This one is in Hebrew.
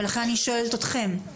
ולכן אני שואלת אתכם.